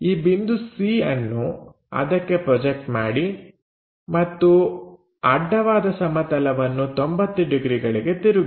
ಈ ಬಿಂದು C ಅನ್ನು ಅದಕ್ಕೆ ಪ್ರೊಜೆಕ್ಟ್ ಮಾಡಿ ಮತ್ತು ಅಡ್ಡವಾದ ಸಮತಲವನ್ನು 90 ಡಿಗ್ರಿಗಳಿಗೆ ತಿರುಗಿಸಿ